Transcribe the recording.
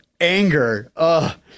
anger